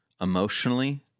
emotionally